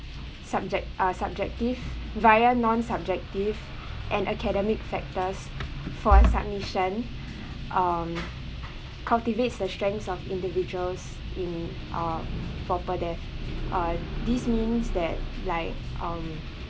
subject are subjective via non subjective and academic factors for submission um cultivates the strengths of individuals in uh for further uh this means that like um